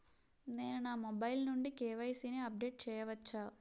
నేను నా మొబైల్ నుండి కే.వై.సీ ని అప్డేట్ చేయవచ్చా?